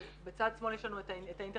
בצד שמאל יש לנו את ה-intersectionality.